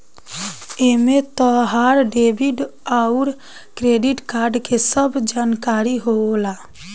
एमे तहार डेबिट अउर क्रेडित कार्ड के सब जानकारी होला